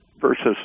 versus